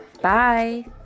Bye